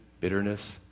bitterness